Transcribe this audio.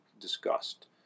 discussed